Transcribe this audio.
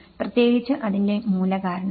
പ്രത്യേകിച്ച് അതിന്റെ മൂലകാരണങ്ങൾ